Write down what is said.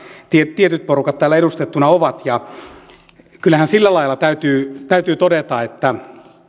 tietyt porukat täällä edustettuna ovat kyllähän sillä lailla täytyy täytyy todeta että